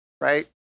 Right